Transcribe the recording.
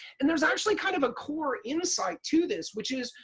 and there's actually kind of a core insight to this. which is,